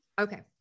Okay